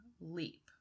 leap